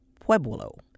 Pueblo